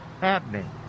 happening